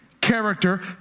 character